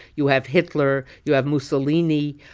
you have hitler, you have mussolini.